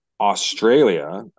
Australia